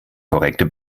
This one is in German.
korrekte